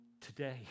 today